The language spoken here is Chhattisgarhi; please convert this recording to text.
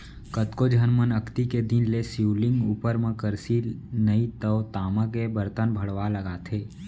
कतको झन मन अक्ती के दिन ले शिवलिंग उपर म करसी नइ तव तामा के बरतन भँड़वा लगाथे